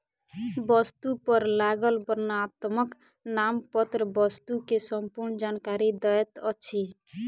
वस्तु पर लागल वर्णनात्मक नामपत्र वस्तु के संपूर्ण जानकारी दैत अछि